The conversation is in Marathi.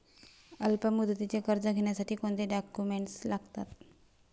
अल्पमुदतीचे कर्ज घेण्यासाठी कोणते डॉक्युमेंट्स लागतात?